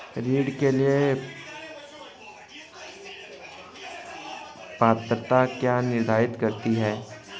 ऋण के लिए पात्रता क्या निर्धारित करती है?